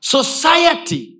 Society